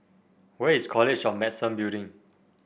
where is College of Medicine Building